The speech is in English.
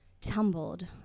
tumbled